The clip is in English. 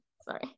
sorry